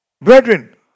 brethren